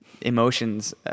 emotions